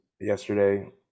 yesterday